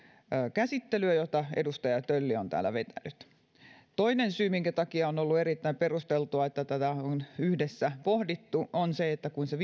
käsittelyä jota edustaja tölli on vetänyt toinen syy minkä takia on ollut erittäin perusteltua että tätä on yhdessä pohdittu on se että se